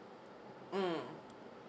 mm